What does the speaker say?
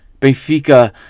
Benfica